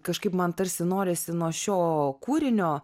kažkaip man tarsi norisi nuo šio kūrinio